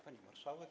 Pani Marszałek!